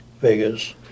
Vegas